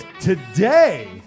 today